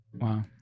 Wow